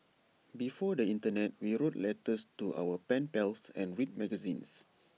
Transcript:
before the Internet we wrote letters to our pen pals and read magazines